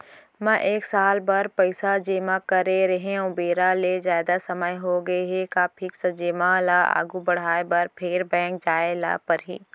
मैं एक साल बर पइसा जेमा करे रहेंव, बेरा ले जादा समय होगे हे का फिक्स जेमा ल आगू बढ़ाये बर फेर बैंक जाय ल परहि?